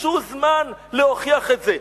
ביקשו זמן להוכיח את זה.